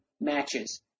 matches